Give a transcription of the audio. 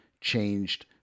changed